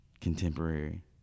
Contemporary